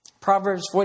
Proverbs